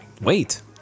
Wait